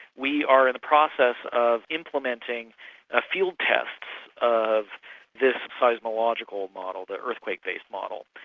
we are in the process of implementing ah fuel tests of this seismological model, the earth quake based model.